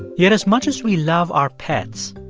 yet, as much as we love our pets,